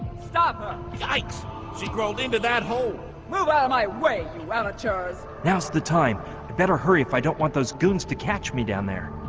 stop ah yikes she grows into that hole move outta my way you wanna charge now it's the time i better hurry if i don't want those goons to catch me down there